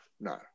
no